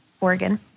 Oregon